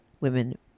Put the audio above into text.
women